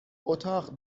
اتاق